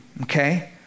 Okay